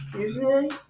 Usually